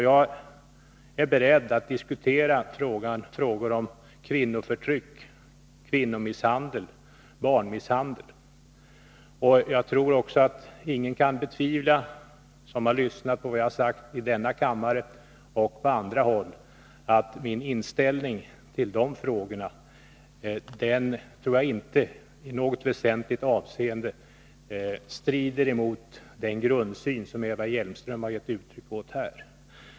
Jag är beredd att diskutera kvinnoförtryck, kvinnomisshandel och barnmisshandel. Ingen som har lyssnat på vad jag har sagt i denna kammare och på andra håll kan rimligen tro att min inställning till de frågorna i något väsentligt avseende strider mot den grundsyn som Eva Hjelmström här har gett uttryck åt.